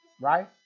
Right